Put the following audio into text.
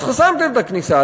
אז חסמתם את הכניסה,